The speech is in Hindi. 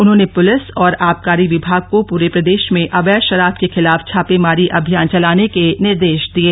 उन्होंने पुलिस और आबकारी विभाग को पूरे प्रदेश में अवैध शराब के खिलाफ छापेमारी अभियान चलाने के निर्देश दिये